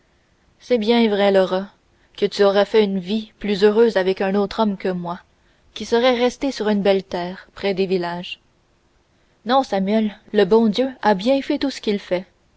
c'est bien vrai laura que tu aurais fait une vie plus heureuse avec un autre homme que moi qui serait resté sur une belle terre près des villages non samuel le bon dieu fait bien tout ce qu'il fait